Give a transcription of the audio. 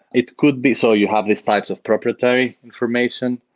it could be so you have these types of proprietary information.